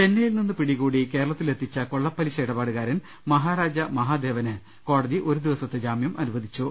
ചെന്നൈയിൽ നിന്ന് പിടികൂടി കേരളത്തിലെത്തിച്ച കൊള്ളപ്പലിശ ഇടപാടുകാരൻ മഹാരാജ മഹാദേവന് കോടതി ഒരു ദിവസത്തെ ജാമ്യം അനു വദിച്ചു